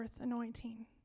anointing